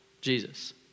Jesus